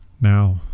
now